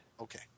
Okay